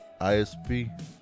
ISP